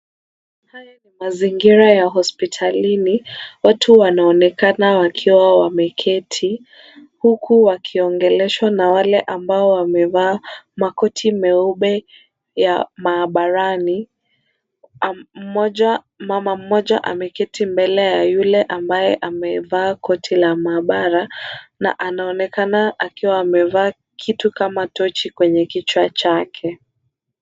Haya ni mazingira ya hospitalini, watu wanaonekana wakiwa wameketi, huku wakiongeleshwa na wale ambao wamevaa, makoti meupe ya maabarani, mmoja mama mmoja ameketi mbele ya yule ambaye amevaa koti la maabara, na anaonekana akiwa amevaa kitu kama tochi kwenye kichwa chake.